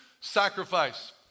sacrifice